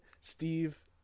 Steve